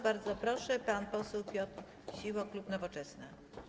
Bardzo proszę, pan poseł Piotr Misiło, klub Nowoczesna.